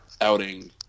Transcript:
outing